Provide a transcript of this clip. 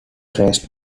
raced